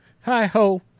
hi-ho